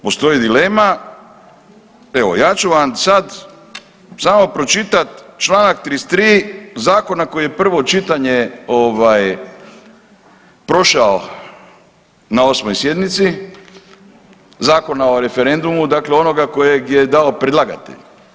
Postoji dilema, evo, ja ću vam sad samo pročitati čl. 33 zakona koji je prvo čitanje ovaj, prošao na 8. sjednici, Zakona o referendumu, dakle onoga kojega je dao predlagatelj.